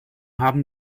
haben